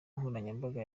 nkoranyambaga